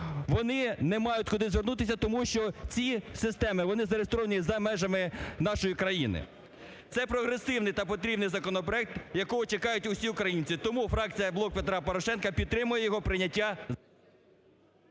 вони не мають куди звернутися, тому що ці системи, вони зареєстровані за межами нашої країни. Це прогресивний та потрібний законопроект, якого чекають усі українці. Тому фракція "Блок Петра Порошенка" підтримує його прийняття…